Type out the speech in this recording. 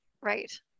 Right